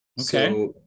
Okay